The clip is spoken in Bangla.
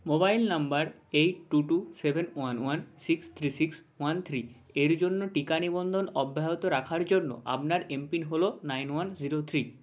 মোবাইল নম্বর eight two two seven one one six three six one three এর জন্য টিকা নিবন্ধন অব্যাহত রাখার জন্য আবনার এম পিন হল নাইন ওয়ান জিরো থ্রী